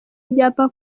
ibyapa